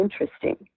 interesting